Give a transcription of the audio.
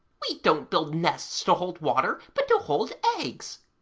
we don't build nests to hold water, but to hold eggs